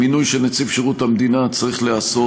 מינוי של נציב שירות המדינה צריך להיעשות,